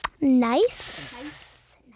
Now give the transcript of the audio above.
Nice